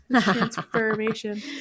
transformation